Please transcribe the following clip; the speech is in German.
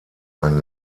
ein